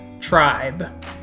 tribe